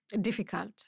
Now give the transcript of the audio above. difficult